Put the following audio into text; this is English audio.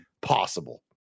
possible